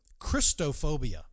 Christophobia